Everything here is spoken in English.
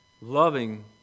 loving